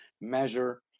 measure